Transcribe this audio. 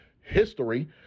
history